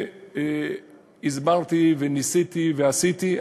והסברתי וניסיתי ועשיתי.